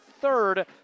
third